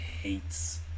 hates